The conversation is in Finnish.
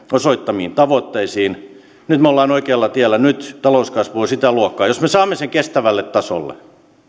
osoittamiin tavoitteisiin nyt me olemme oikealla tiellä nyt talouskasvu on sitä luokkaa jos me saamme tämän talouskasvun kestävälle tasolle